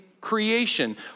creation